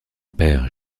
père